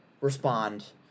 respond